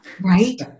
Right